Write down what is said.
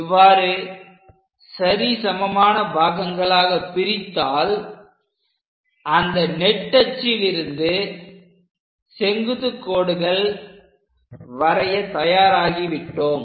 இவ்வாறு சரிசமமான பாகங்களாக பிரித்தால் அந்த நெட்டச்சிலிருந்து செங்குத்துக் கோடுகள் வரைய தயாராகி விட்டோம்